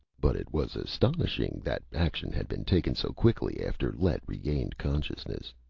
but it was astonishing that action had been taken so quickly after lett regained consciousness.